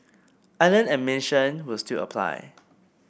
island admission will still apply